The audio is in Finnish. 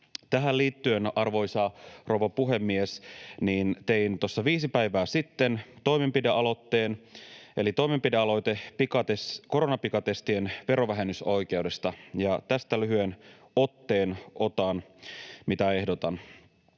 Tähän liittyen, arvoisa rouva puhemies, tein tuossa viisi päivää sitten toimenpidealoitteen koronapikatestien verovähennysoikeudesta, ja tästä lyhyen otteen otan, mitä ehdotan: